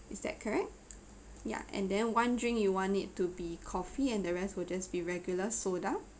is that correct ya and then one drink you want it to be coffee and the rest will just be regular soda